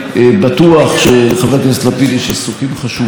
אבל אני חושב שזה נכון שמי שמגיש ומנמק את הצעת